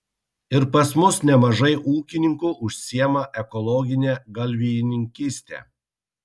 ir pas mus nemažai ūkininkų užsiima ekologine galvijininkyste